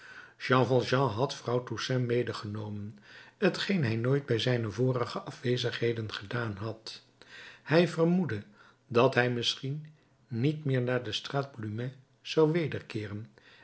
jean valjean had vrouw toussaint medegenomen t geen hij nooit bij zijne vorige afwezigheden gedaan had hij vermoedde dat hij misschien niet meer naar de straat plumet zou wederkeeren